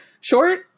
Short